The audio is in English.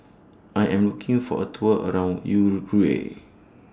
I Am looking For A Tour around Uruguay